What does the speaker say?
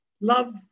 Love